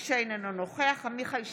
אינו נוכח עמיחי שיקלי,